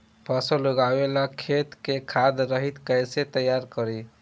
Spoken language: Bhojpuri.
फसल उगवे ला खेत के खाद रहित कैसे तैयार करी?